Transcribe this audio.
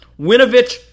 Winovich